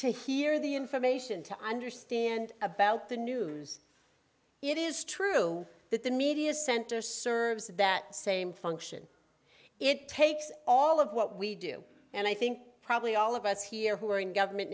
to hear the information to understand about the news it is true that the media center serves that same function it takes all of what we do and i think probably all of us here who are in government